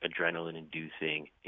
adrenaline-inducing